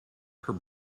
her